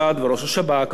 ראשי המודיעין,